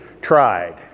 tried